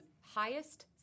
highest